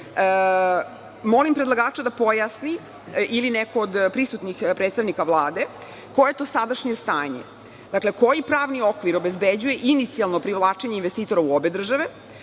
Katar. Molim predlagača da pojasni ili neko od prisutnih predstavnika Vlade, koje je to sadašnje stanje? Dakle, koji pravni okvir obezbeđuje inicijalno privlačenje investitora u obe države?